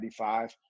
95